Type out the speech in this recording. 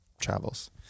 travels